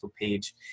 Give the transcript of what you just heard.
page